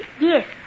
Yes